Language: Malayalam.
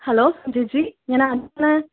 ഹലോ ജിജി ഞാൻ ആതിരയാണ്